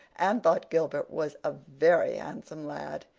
anne thought gilbert was a very handsome lad,